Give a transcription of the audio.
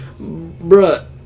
bruh